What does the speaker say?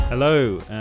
Hello